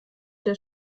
der